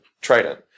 Trident